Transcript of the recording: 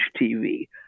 TV